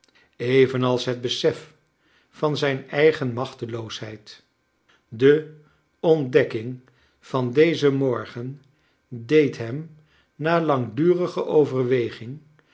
evenals het besef van zijn feigen machteloosheid de ontdekking van dezen morgen deed hem na langdurige overwcging